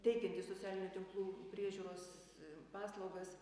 teikiantį socialinių tinklų priežiūros paslaugas